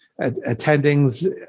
attendings